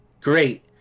Great